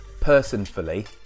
personfully